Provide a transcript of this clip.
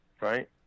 right